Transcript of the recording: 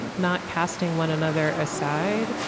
not casting one another aside,